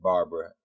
Barbara